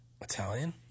italian